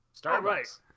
Starbucks